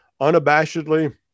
unabashedly